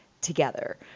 together